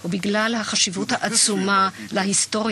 and because of its immense importance to the history of